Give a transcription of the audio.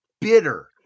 bitter